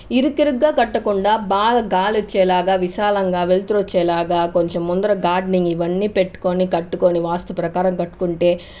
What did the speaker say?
ఇరుకురుగ్గా కట్టకుండా బాగా గాలి వచ్చేలాగా విశాలంగా వెలుతురు వచ్చేలాగా కొంచెం ముందర గార్డెనింగ్ ఇవన్నీపెట్టుకొని కట్టుకొని వాస్తు ప్రకారం కట్టుకుంటే